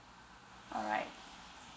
alright